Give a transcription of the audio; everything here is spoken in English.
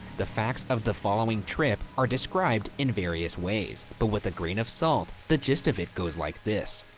the facts of the following trip are described in various ways, but with a grain of salt, the gist of it goes like this,